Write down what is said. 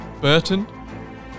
Burton